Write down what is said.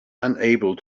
unable